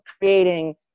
creating